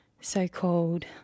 so-called